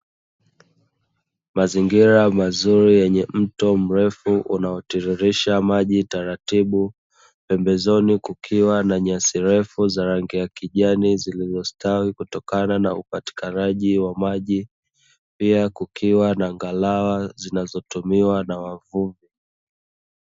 Mazingira mazuri yenye mto mrefu unaotiririsha maji taratibu, pembezoni kukiwa na nyasi refu za rangi ya kijani zilizostawi kutokana na upatikanaji wa maji, pia kukiwa na ngalawa zinazotumiwa na wavuvi.